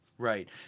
Right